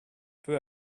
peu